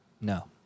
No